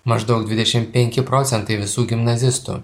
maždaug dvidešimt penki procentai visų gimnazistų